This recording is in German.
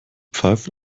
pfeift